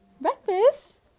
breakfast